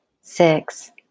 six